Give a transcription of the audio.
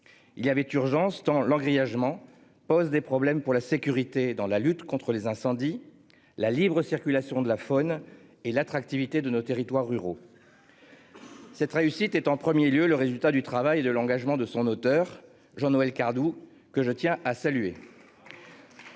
Il y avait urgence tant leur grièvement pose des problèmes pour la sécurité dans la lutte contre les incendies. La libre-circulation de la faune et l'attractivité de nos territoires ruraux.-- Cette réussite est en 1er lieu le résultat du travail de l'engagement de son auteur, Jean-Noël Cardoux que je tiens à saluer. Ce texte